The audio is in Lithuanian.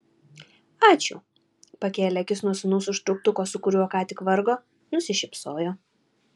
ačiū pakėlė akis nuo sūnaus užtrauktuko su kuriuo ką tik vargo nusišypsojo